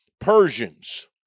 Persians